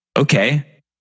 okay